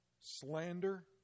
slander